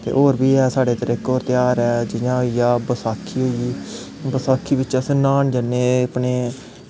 ते होर बी है साढ़े इद्धर इक होर तेहार ऐ जि'यां होई गेआ बसाखी होई गेई बसाखी बिच्च अस न्हान जन्ने अपने